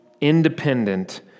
independent